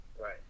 Right